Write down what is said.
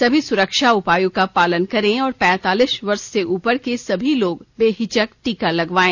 सभी सुरक्षा उपायों का पालन करें और पैंतालीस वर्ष से उपर के सभी लोग बेहिचक टीका लगवायें